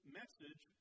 message